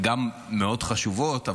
מאוד חשובות,